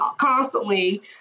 constantly